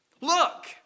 look